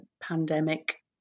pandemic